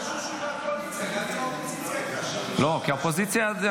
זה לא קשור לקואליציה, גם אם האופוזיציה הייתה